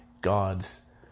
God's